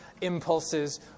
impulses